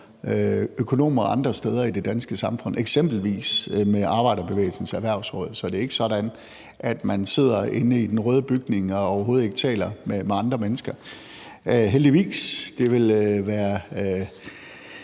økonomer andre steder i det danske samfund, eksempelvis med Arbejderbevægelsens Erhvervsråd. Så det er ikke sådan, at man sidder inde i den røde bygning og overhovedet ikke taler med andre mennesker. Heldigvis, for det ville være